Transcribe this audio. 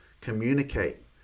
communicate